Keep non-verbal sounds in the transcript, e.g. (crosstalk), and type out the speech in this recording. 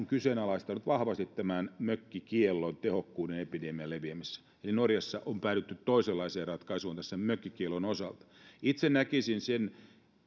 (unintelligible) kyseenalaistanut vahvasti tämän mökkikiellon tehokkuuden epidemian leviämisessä ja norjassa on päädytty toisenlaiseen ratkaisuun tässä mökkikiellon osalta itse näkisin sen